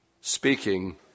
speaking